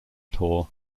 tour